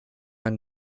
ein